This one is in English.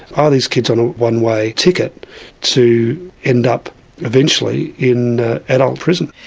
are these kids on a one-way ticket to end up eventually in adult prison?